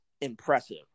impressive